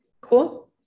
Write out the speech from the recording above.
Cool